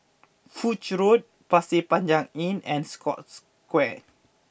Foch Road Pasir Panjang Inn and Scotts Square